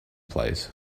plays